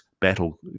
battle